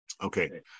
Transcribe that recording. Okay